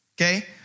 okay